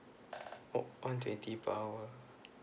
oh one twenty per hour